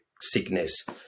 sickness